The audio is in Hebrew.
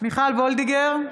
מיכל וולדיגר,